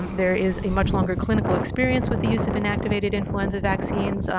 there is a much longer clinical experience with the use of inactivated influenza vaccines.